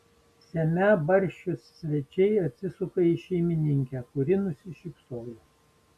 semią barščius svečiai atsisuka į šeimininkę kuri nusišypso